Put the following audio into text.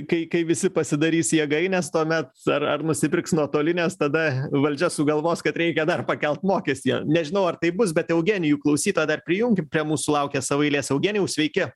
kai kai visi pasidarys jėgaines tuomet ar ar nusipirks nuotolines tada valdžia sugalvos kad reikia dar pakelt mokestį nežinau ar taip bus bet eugenijų klausytoją dar prijunkim prie mūsų laukia savo eilės eugenijau sveiki